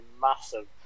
massive